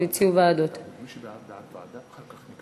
ועדת המדע.